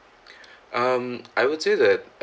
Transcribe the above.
um I would say that